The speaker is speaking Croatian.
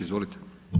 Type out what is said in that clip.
Izvolite.